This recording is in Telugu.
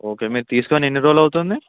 ఓకే మీరు తీసుకొని ఎన్ని రోజులు అవుతుంది